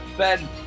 Ben